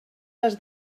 les